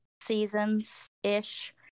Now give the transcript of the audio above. seasons-ish